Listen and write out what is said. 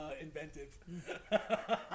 inventive